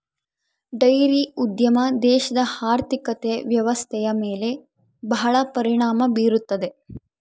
dairy ಉದ್ಯಮ ದೇಶದ ಆರ್ಥಿಕ ವ್ವ್ಯವಸ್ಥೆಯ ಮೇಲೆ ಬಹಳ ಪರಿಣಾಮ ಬೀರುತ್ತದೆ